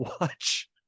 watch